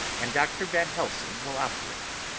and dr. van helsing will operate.